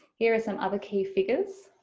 here are some other key figures.